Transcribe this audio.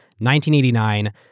1989